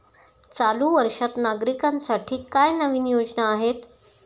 चालू वर्षात नागरिकांसाठी काय नवीन योजना आहेत?